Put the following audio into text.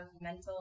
mental